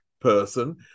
person